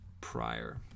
prior